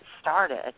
started